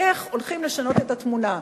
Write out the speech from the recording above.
איך הולכים לשנות את התמונה.